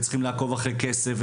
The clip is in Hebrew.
וצריכים לעקוב אחרי כסף.